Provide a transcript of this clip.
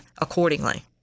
accordingly